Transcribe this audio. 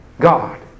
God